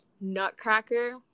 Nutcracker